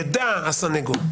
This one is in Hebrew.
ידע הסניגור,